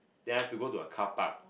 then I have to go to a carpark